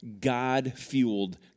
God-fueled